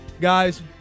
Guys